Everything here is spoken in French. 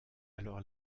alors